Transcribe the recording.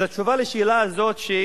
אז התשובה על השאלה הזאת,